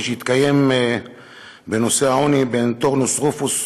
שהתקיים בנושא העוני בין טורנוסרופוס,